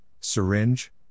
syringe